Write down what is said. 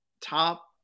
top